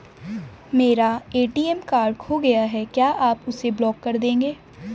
मेरा ATM card खो गया है क्या आप उसे ब्लॉक कर देंगे?